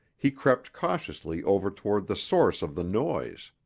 he crept cautiously over toward the source of the noise.